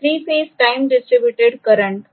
three phase time distributed current दिला